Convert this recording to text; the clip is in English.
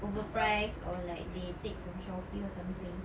overpriced or like they take from Shopee or something